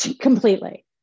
completely